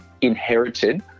inherited